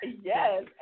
Yes